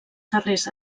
darrers